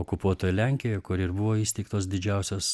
okupuotoj lenkijoj kur ir buvo įsteigtos didžiausios